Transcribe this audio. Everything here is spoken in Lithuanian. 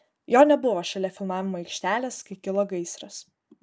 jo nebuvo šalia filmavimo aikštelės kai kilo gaisras